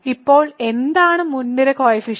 അപ്പോൾ എന്താണ് മുൻനിര കോയിഫിഷ്യൻറ്